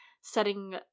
setting